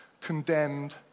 condemned